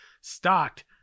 stocked